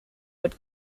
would